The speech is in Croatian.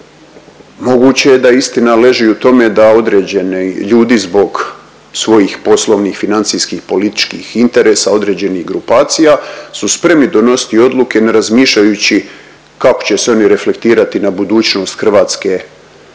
Moguće je da istina leži u tome da određeni ljudi zbog svojih poslovnih, financijskih, političkih interesa određenih grupacija su spremni donositi odluke ne razmišljajući kako će se oni reflektirati na budućnost hrvatske države,